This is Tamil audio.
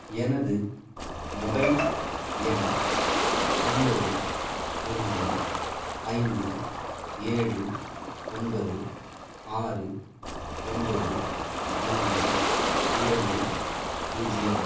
எனது மொபைல் எண் ஒன்பது ஒன்று ஐந்து ஏழு ஒன்பது ஆறு ஒன்பது மூன்று இரண்டு பூஜ்ஜியம்